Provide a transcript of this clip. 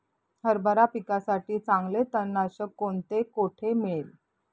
हरभरा पिकासाठी चांगले तणनाशक कोणते, कोठे मिळेल?